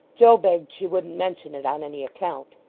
joe begged she wouldn't mention it on any account.